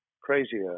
crazier